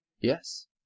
Yes